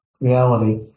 reality